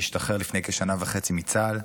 השתחרר לפני כשנה וחצי מצה"ל.